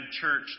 church